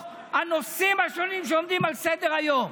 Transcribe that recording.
הנושאים השונים שעומדים על סדר-היום.